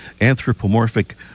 anthropomorphic